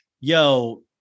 yo